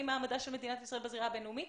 מעמדה של מדינת ישראל בזירה הבין-לאומית.